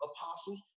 apostles